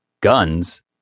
guns